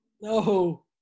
No